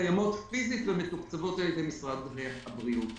שקיימות פיזית ומתוקצבות על ידי משרד הבריאות.